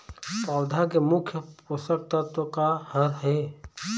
पौधा के मुख्य पोषकतत्व का हर हे?